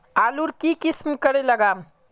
आलूर की किसम करे लागम?